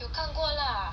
有看过 lah